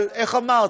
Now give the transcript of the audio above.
אבל איך אמרת?